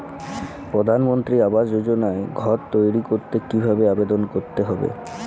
প্রধানমন্ত্রী আবাস যোজনায় ঘর তৈরি করতে কিভাবে আবেদন করতে হবে?